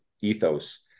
ethos